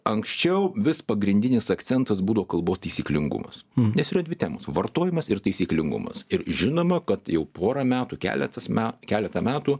anksčiau vis pagrindinis akcentas būdavo kalbos taisyklingumas nes yra dvi temos vartojimas ir taisyklingumas ir žinoma kad jau porą metų keletas me keletą metų